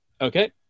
okay